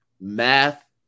math